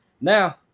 Now